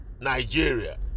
Nigeria